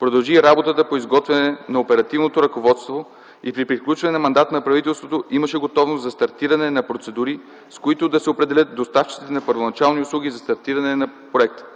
продължи работата по изготвяне на оперативното ръководство и при приключване на мандата на правителството имаше готовност за стартиране на процедури, с които да се определят доставчиците на първоначални услуги за стартиране на проекта,